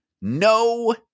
No